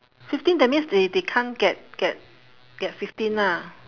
fifteen that means they they can't get get get fifteen lah